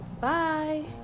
bye